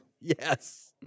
Yes